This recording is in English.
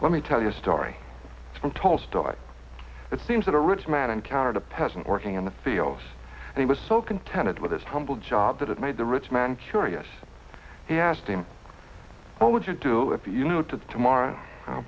let me tell you a story from tolstoy it seems that a rich man encountered a peasant working in the fields and he was so contented with this humble job that it made the rich man curious he asked him what would you do if you notice to morrow